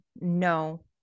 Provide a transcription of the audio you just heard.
no